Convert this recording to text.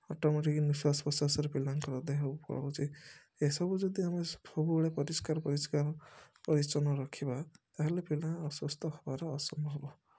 automatic ନିଶ୍ୱାସ ପ୍ରଶ୍ୱାସରେ ପିଲାଙ୍କର ଦେହକୁ ପଳଉଛି ଏ ସବୁ ଯଦି ଆମେ ସବୁବେଳେ ପରିଷ୍କାର ପରିଷ୍କାର ପରିଚ୍ଛନ୍ନ ରଖିବା ତାହାଲେ ପିଲା ଅସୁସ୍ଥ ହେବାର ଆସମ୍ଭବ